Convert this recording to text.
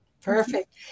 Perfect